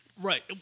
Right